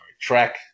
track